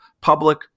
public